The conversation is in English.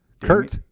Kurt